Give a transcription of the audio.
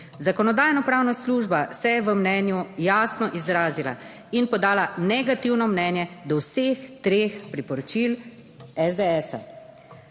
Zakonodajno-pravna služba se je v mnenju jasno izrazila in podala negativno mnenje do vseh treh priporočil SDS.